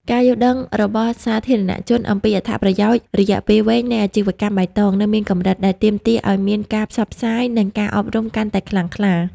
ការយល់ដឹងរបស់សាធារណជនអំពីអត្ថប្រយោជន៍រយៈពេលវែងនៃអាជីវកម្មបៃតង នៅមានកម្រិត ដែលទាមទារឱ្យមានការផ្សព្វផ្សាយ និងការអប់រំកាន់តែខ្លាំងក្លា។